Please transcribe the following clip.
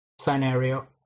Scenario